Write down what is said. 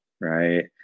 right